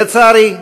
לצערי,